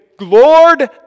Lord